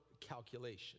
calculation